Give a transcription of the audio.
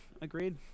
Agreed